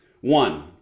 One